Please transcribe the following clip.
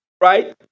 right